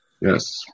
Yes